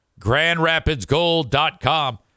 Grandrapidsgold.com